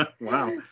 Wow